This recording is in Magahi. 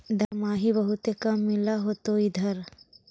दमाहि बहुते काम मिल होतो इधर?